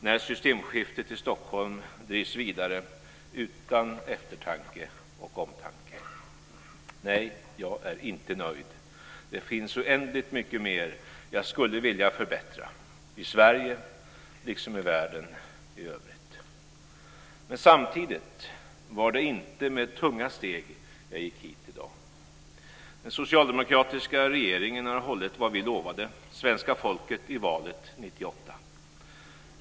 När systemskiftet i Stockholm drivs vidare utan eftertanke och omtanke? Nej, jag är inte nöjd. Det finns oändligt mycket mer jag skulle vilja förbättra, i Sverige liksom i världen i övrigt. Men samtidigt var det inte med tunga steg jag gick hit i dag. Den socialdemokratiska regeringen har hållit vad vi lovade svenska folket i valet 1998.